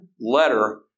letter